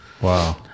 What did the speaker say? wow